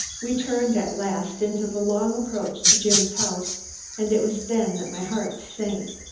we turned at last into the long approach to jim's house and it was then that my heart sank.